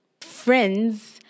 friends